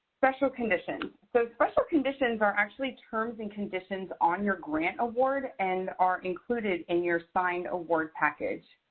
special conditions. so special conditions are actually terms and conditions on your grant award and are included in your signed award package.